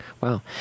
Wow